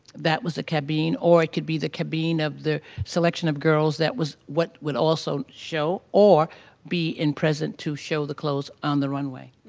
that was the cabine. or it could be the cabine i mean of the, selection of girls, that was what would also show, or be in present to show the clothes on the runway.